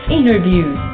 interviews